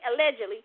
Allegedly